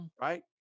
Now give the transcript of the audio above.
Right